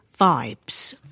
vibes